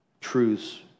truths